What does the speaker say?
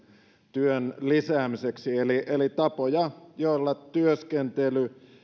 työn lisäämiseksi eli eli tapojen joilla työskentely